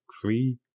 three